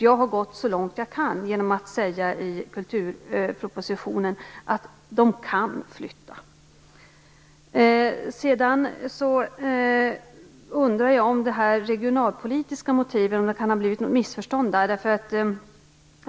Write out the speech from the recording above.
Jag har gått så långt jag kan genom att säga i kulturpropositionen att man kan flytta. Jag undrar om det kan ha blivit något missförstånd vad gäller de regionalpolitiska motiven.